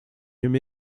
him